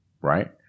Right